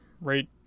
right